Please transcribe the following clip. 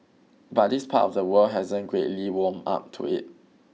but this part of the world hasn't greatly warmed up to it